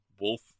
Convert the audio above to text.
wolf